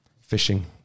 Fishing